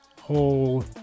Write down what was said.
whole